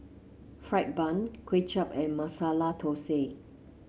fried bun Kway Chap and Masala Thosai